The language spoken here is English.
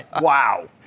Wow